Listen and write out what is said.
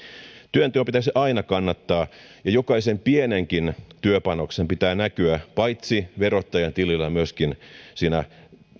työnteon pitäisi aina kannattaa ja jokaisen pienenkin työpanoksen pitää näkyä paitsi verottajan tilillä myöskin siinä